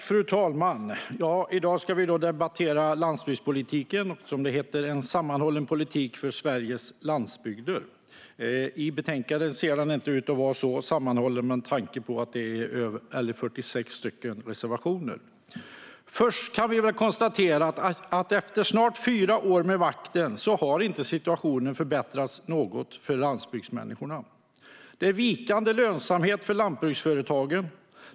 Fru talman! I dag ska vi debattera landsbygdspolitiken och betänkandet En sammanhållen politik för Sveriges landsbygder , som det heter. I betänkandet ser den politiken inte ut att vara så sammanhållen med tanke på att det är 46 reservationer. Först kan vi väl konstatera att efter snart fyra år vid makten har inte situationen förbättrats något för människorna på landsbygden. Det är vikande lönsamhet för lantbruksföretagen.